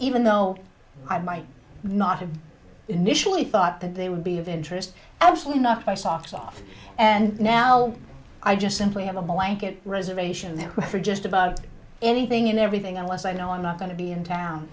even though i might not have initially thought that they would be of interest actually knocked my socks off and now i just simply have a blanket reservation there for just about anything and everything unless i know i'm not going to be in